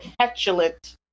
petulant